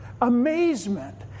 Amazement